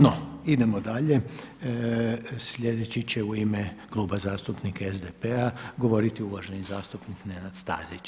No, idemo dalje. sljedeći će u ime Kluba zastupnika SDP-a govoriti uvaženi zastupnik Nenad Stazić.